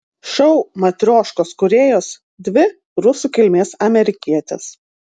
šou matrioškos kūrėjos dvi rusų kilmės amerikietės